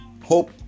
hope